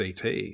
CT